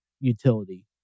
utility